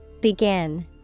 Begin